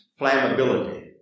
flammability